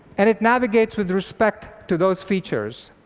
and it navigates with respect to those features.